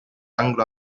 anglo